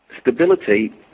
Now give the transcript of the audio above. stability